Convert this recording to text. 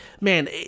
man